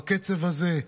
בקצב הזה,